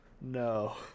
no